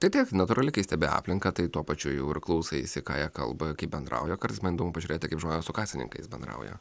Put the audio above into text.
tai taip natūrali kai stebi aplinką tai tuo pačiu jau ir klausaisi ką jie kalba kaip bendrauja kartais man įdomu pažiūrėti kaip žmonės su kasininkais bendrauja